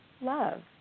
love